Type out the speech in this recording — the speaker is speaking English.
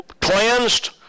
cleansed